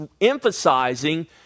emphasizing